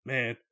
Man